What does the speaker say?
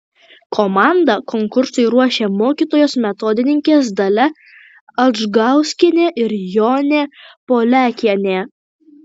komandą konkursui ruošė mokytojos metodininkės dalia adžgauskienė ir jonė poliakienė